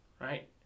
right